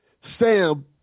Sam